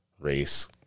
race